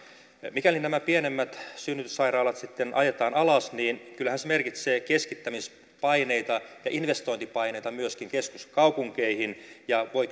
mikäli nämä pienemmät synnytyssairaalat sitten ajetaan alas niin kyllähän se merkitsee keskittämispaineita ja investointipaineita myöskin keskuskaupunkeihin ja voi